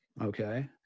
Okay